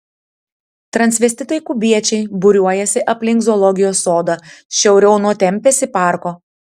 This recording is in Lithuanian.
transvestitai kubiečiai būriuojasi aplink zoologijos sodą šiauriau nuo tempėsi parko